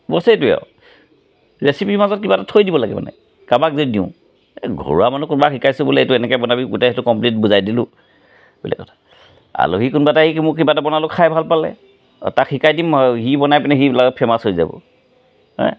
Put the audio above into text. বচ সেইটোৱে আৰু ৰেচিপিৰ মাজত কিবা এটা থৈ দিব লাগে মানে কাৰোবাক যদি এই ঘৰুৱা মানুহ কাৰোবাক শিকাইছোঁ বোলে এইটো এনেকৈ বনাবি গোটেই সেইটো কমপ্লিট বুজাই দিলোঁ বেলেগ কথা আলহী কোনোবা এটা শিকি মোক কিবা এটা বনালোঁ খাই ভাল পালে তাক শিকাই দিম আৰু সি বনাই পিনে সি ফেমাচ হৈ যাব হা